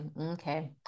Okay